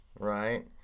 Right